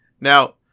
Now